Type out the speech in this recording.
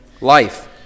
life